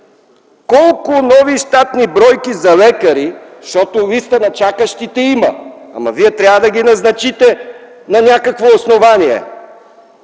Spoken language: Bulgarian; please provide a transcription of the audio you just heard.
колко нови щатни бройки за лекари, защото листа на чакащите има, но Вие трябва да ги назначите на някакво основание,